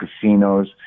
casinos